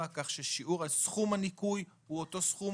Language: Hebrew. כך ששיעור סכום הניכוי הוא אותו סכום,